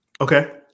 Okay